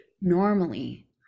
Normally